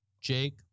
Jake